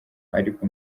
ariko